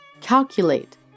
Calculate